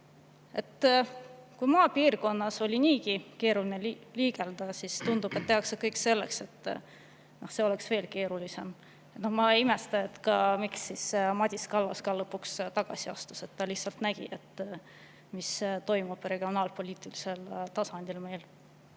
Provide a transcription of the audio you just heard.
Kui maapiirkonnas oli niigi keeruline liigelda, siis tundub, et tehakse kõik selleks, et see oleks veel keerulisem. Ma ei imesta, et Madis Kallas lõpuks tagasi astus. Ta lihtsalt nägi, mis meil regionaalpoliitilisel tasandil toimub.